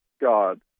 God